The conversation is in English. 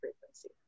frequency